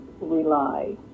rely